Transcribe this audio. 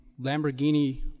Lamborghini